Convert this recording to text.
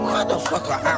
Motherfucker